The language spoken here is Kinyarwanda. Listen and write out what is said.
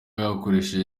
yakoresheje